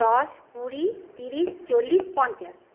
দশ কুড়ি তিরিশ চল্লিশ পঞ্চাশ